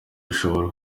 bishobora